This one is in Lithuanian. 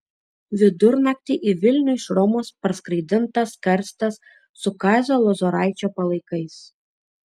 vidurnaktį į vilnių iš romos parskraidintas karstas su kazio lozoraičio palaikais